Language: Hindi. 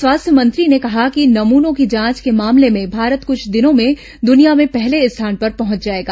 स्वास्थ्य मंत्री ने कहा कि नमूनों की जांच के मामले में भारत कुछ दिनों में दूनिया में पहर्ले स्थान पर पहुंच जाएगा